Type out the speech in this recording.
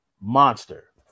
Monster